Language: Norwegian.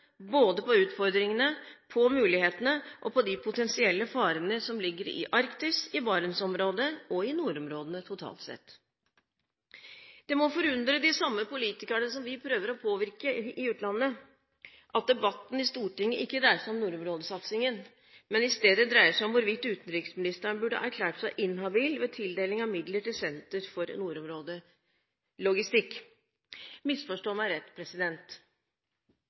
både på utfordringene, på mulighetene og på de potensielle farene som ligger i Arktis, i Barentsområdet og i nordområdene totalt sett. Det må forundre de samme politikerne som vi prøver å påvirke i utlandet, at debatten i Stortinget ikke dreier seg om nordområdesatsingen, men i stedet dreier seg om hvorvidt utenriksministeren burde ha erklært seg inhabil ved tildeling av midler til Senter for nordområdelogistikk. Misforstå meg rett: